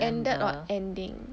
ended or ending